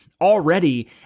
Already